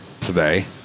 today